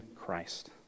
Christ